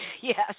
Yes